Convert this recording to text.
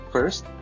First